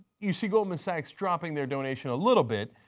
you see goldman sachs dropping their donation a little bit,